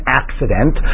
accident